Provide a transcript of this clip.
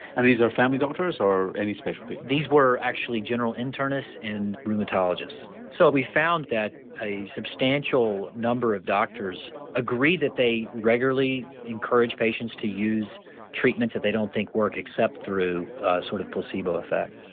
and these are family doctors, or any speciality? these were actually general internist and rheumatologists. so we found that a substantial number of doctors agree that they regularly encouraged patients to use treatments that they don't think work except through a sort of placebo effect.